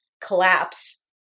collapse